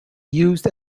used